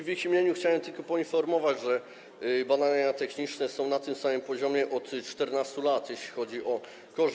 W jej imieniu chciałem tylko poinformować, że badania techniczne są na tym samym poziomie od 14 lat, jeśli chodzi o ich koszt.